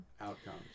outcomes